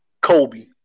Kobe